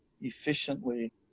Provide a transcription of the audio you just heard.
efficiently